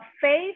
faith